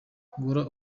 guhora